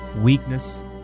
weakness